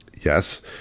Yes